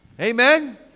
Amen